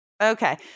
Okay